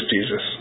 Jesus